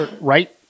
right